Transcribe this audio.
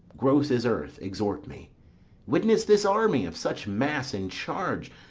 gross as earth, exhort me witness this army, of such mass and charge,